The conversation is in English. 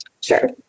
Sure